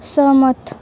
सहमत